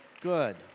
Good